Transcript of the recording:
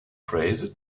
phrase